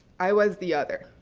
i was the other.